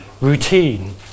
routine